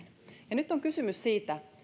ja nyt on kysymys siitä